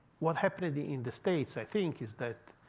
what happened in the in the states, i think, is that